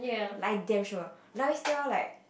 like damn sure now it's like